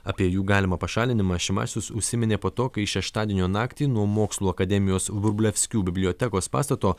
apie jų galimą pašalinimą šimašius užsiminė po to kai šeštadienio naktį nuo mokslų akademijos vrublevskių bibliotekos pastato